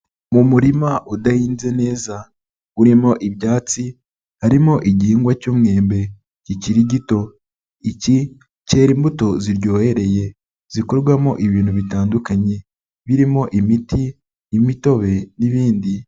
Umurima udahinze neza, urimo ibyatsi harimo igihingwa cy'umwembe kikiri gito, iki kera imbuto ziryohereye, zikorwamo ibintu bitandukanye birimo imiti, imitobe n'ibindi.